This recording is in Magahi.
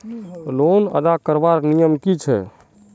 लोन अदा करवार नियम की छे?